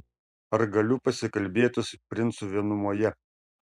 ar galiu pasikalbėti su princu vienumoje